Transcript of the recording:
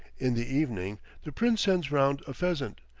in the evening the prince sends round a pheasant,